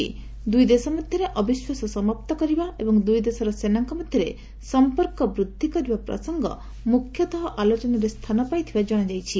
ବୈଠକ କାଳରେ ଦୁଇଦେଶ ମଧ୍ୟରେ ଅବିଶ୍ୱାସ ସମାପ୍ତ କରିବା ଏବଂ ଦୁଇଦେଶର ସେନାଙ୍କ ମଧ୍ୟରେ ସମ୍ପର୍କ ବୃଦ୍ଧି କରିବା ପ୍ରସଙ୍ଗ ମୁଖ୍ୟତଃ ଆଲୋଚନାରେ ସ୍ଥାନ ପାଇଥିବା ଜଣାଯାଇଛି